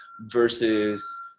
versus